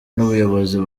n’ubuyobozi